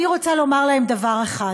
אני רוצה לומר להם דבר אחד: